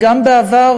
גם בעבר,